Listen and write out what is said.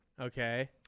Okay